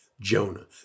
Jonah